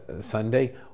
Sunday